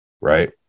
right